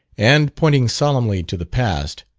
and, pointing solemnly to the past,